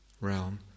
realm